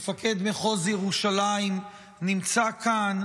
מפקד מחוז ירושלים, נמצא כאן,